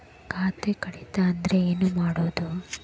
ಖಾತೆ ಕಳಿತ ಅಂದ್ರೆ ಏನು ಮಾಡೋದು?